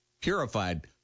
purified